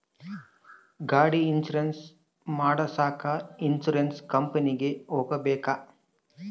ಗಾಡಿ ಇನ್ಸುರೆನ್ಸ್ ಮಾಡಸಾಕ ಇನ್ಸುರೆನ್ಸ್ ಕಂಪನಿಗೆ ಹೋಗಬೇಕಾ?